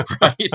Right